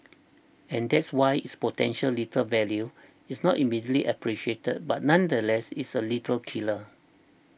and that's why its potential lethal value is not immediately appreciated but nonetheless it's a lethal killer